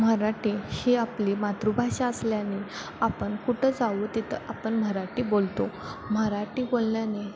मराठी ही आपली मातृभाषा असल्याने आपण कुठं जाऊ तिथं आपण मराठी बोलतो मराठी बोलल्याने